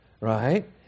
Right